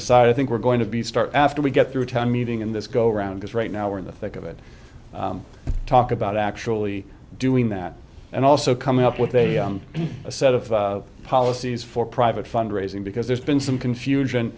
aside i think we're going to be start after we get through a town meeting in this go around because right now we're in the thick of it talk about actually doing that and also coming up with a set of policies for private fundraising because there's been some confusion